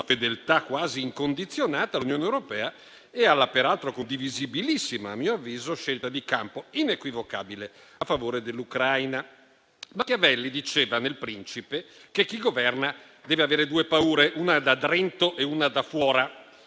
fedeltà quasi incondizionata all'Unione europea e alla peraltro condivisibilissima, a mio avviso, scelta di campo inequivocabile a favore dell'Ucraina. Machiavelli diceva, nel "Principe", che chi governa deve avere due paure, una da *drento* e una da *fuora*.